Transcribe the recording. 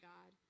God